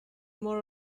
more